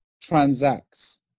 transacts